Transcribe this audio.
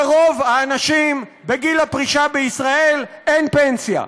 לרוב האנשים בגיל הפרישה בישראל אין פנסיה.